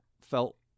felt